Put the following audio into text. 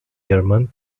german